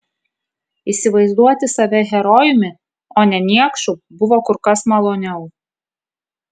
įsivaizduoti save herojumi o ne niekšu buvo kur kas maloniau